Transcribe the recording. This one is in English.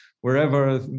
wherever